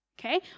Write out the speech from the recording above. okay